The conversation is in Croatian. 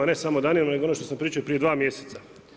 Ne samo danima, nego ono što sam pričao i prije dva mjeseca.